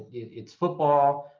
it's football.